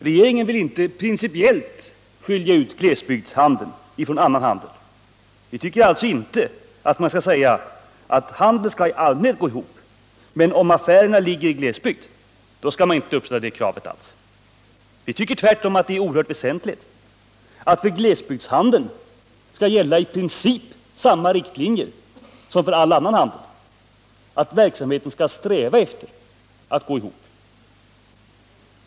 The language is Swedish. Regeringen vill inte principiellt skilja ut glesbygdshandeln från annan handel. Vi tycker alltså inte att man skall säga att handeln i allmänhet skall gå ihop, men om affärerna ligger i glesbygd skall man inte uppställa det kravet. Nr 36 Vi tycker tvärtom att det är oerhört väsentligt att för glesbygdshandeln skall Måndagen den gälla i princip samma riktlinjer som för all annan handel, nämligen att 20 november 1978 verksamheten skall sträva efter att gå ihop.